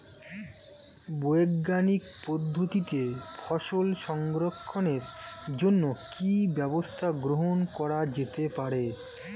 বৈজ্ঞানিক পদ্ধতিতে ফসল সংরক্ষণের জন্য কি ব্যবস্থা গ্রহণ করা যেতে পারে?